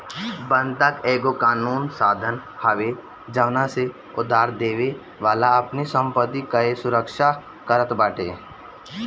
बंधक एगो कानूनी साधन हवे जवना से उधारदेवे वाला अपनी संपत्ति कअ सुरक्षा करत बाटे